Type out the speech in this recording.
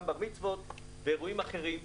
גם בר מצוות ואירועים אחרים,